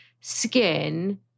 skin